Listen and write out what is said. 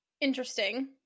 interesting